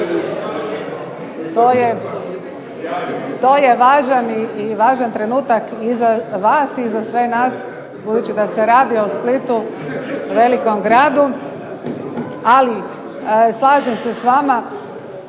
To je važan trenutak i za vas i za sve nas, budući da se radi o Splitu, velikom gradu. Ali slažem se s vama,